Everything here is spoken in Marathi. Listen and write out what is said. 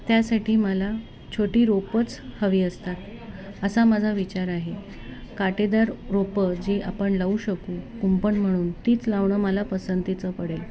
त्यासाठी मला छोटी रोपंच हवी असतात असा माझा विचार आहे काटेदार रोपं जी आपण लावू शकू कुंपण म्हणून तीच लावणं मला पसंतीचं पडेल